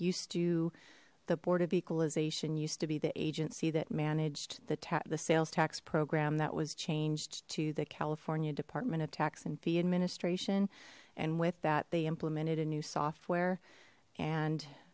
used to the board of equalization used to be the agency that managed that the sales tax program that was changed to the california department of tax and fee administration and with that they implemented a new software and